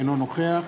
אינו נוכח